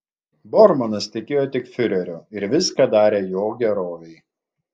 bormanas tikėjo tik fiureriu ir viską darė jo gerovei